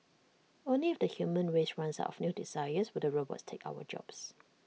only if the human race runs out of new desires will the robots take our jobs